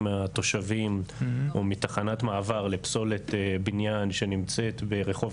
התושבים או מתחנת מעבר לפסולת בניין שנמצאת ברחוב